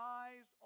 eyes